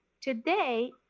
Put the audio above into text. Today